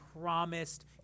promised